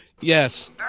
Yes